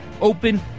open